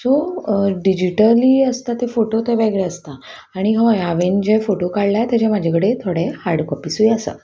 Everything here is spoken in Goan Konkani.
सो डिजीटली आसता ते फोटो ते वेगळे आसता आनी हय हांवें जे फोटो काडल्या तेजे म्हाजे कडेन थोडे हार्ड कॉपिजूय आसा